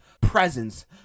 presence